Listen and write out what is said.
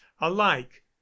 alike